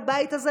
בבית הזה,